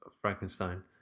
Frankenstein